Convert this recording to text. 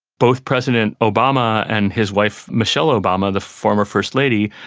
both president obama and his wife michelle obama, the former first lady,